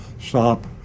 stop